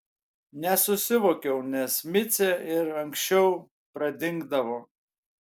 nesusivokiau nes micė ir anksčiau pradingdavo